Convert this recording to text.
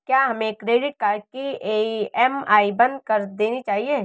क्या हमें credit card की ई.एम.आई बंद कर देनी चाहिए?